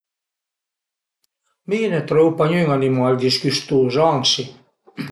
Mi ne trovu pa gnün animal disgüstus, ansi